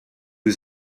was